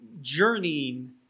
journeying